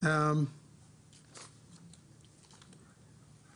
בתוך הבדיקות האלו,